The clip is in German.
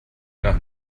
nach